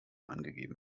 angegeben